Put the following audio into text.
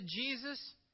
Jesus